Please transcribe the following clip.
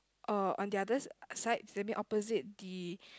uh on the other s~ side that means opposite the